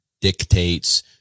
dictates